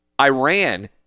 Iran